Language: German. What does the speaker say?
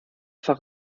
fach